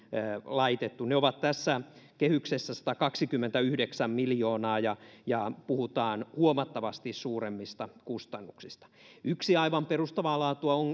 laitettu ne ovat tässä kehyksessä satakaksikymmentäyhdeksän miljoonaa ja ja puhutaan huomattavasti suuremmista kustannuksista yksi aivan perustavaa laatua